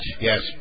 Yes